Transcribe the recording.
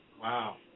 Wow